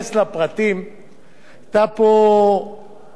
היתה פה עבודה משולבת